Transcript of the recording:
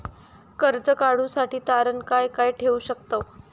कर्ज काढूसाठी तारण काय काय ठेवू शकतव?